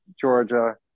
Georgia